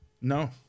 No